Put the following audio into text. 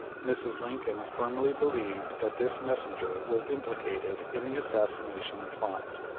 mrs. lincoln firmly believed that this messenger was implicated in the assassination plot.